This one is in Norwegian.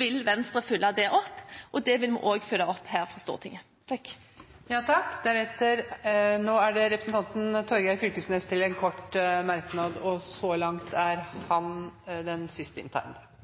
vil Venstre følge det opp. Det vil vi også følge opp her på Stortinget. Representanten Fylkesnes har hatt ordet to ganger tidligere i debatten, og får ordet til en kort merknad,